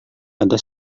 ada